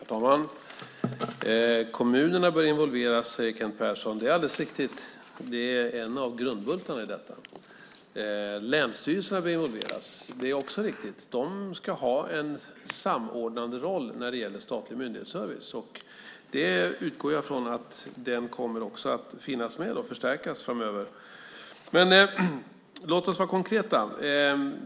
Herr talman! Kent Persson säger att kommunerna bör involveras. Det är alldeles riktigt. Det är en av grundbultarna i detta. Att länsstyrelserna bör involveras är också riktigt. De ska ha en samordnande roll när det gäller statlig myndighetsservice. Jag utgår från att den kommer att finnas med och förstärkas framöver. Låt oss vara konkreta.